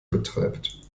betreibt